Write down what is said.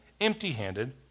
empty-handed